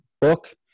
book